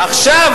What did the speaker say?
עכשיו,